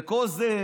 וכל זה,